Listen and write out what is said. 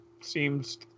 seems